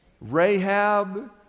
Rahab